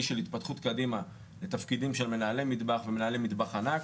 של התפתחות קדימה לתפקידים של מנהלי מטבח ומנהלי מטבח ענק.